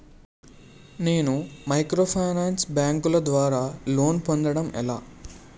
నేను మైక్రోఫైనాన్స్ బ్యాంకుల ద్వారా లోన్ పొందడం ఎలా?